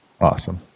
Awesome